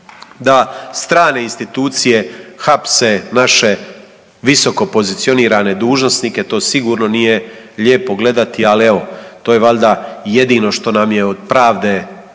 da strane institucije hapse naše visokopozicionirane dužnosnike, to sigurno nije lijepo gledati, ali evo to je valjda jedino što nam je od pravde